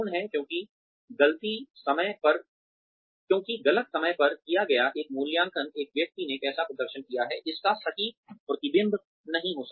क्योंकि गलत समय पर किया गया एक मूल्यांकन एक व्यक्ति ने कैसा प्रदर्शन किया है इसका सटीक प्रतिबिंब नहीं हो सकता है